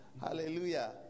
Hallelujah